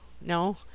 No